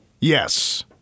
Yes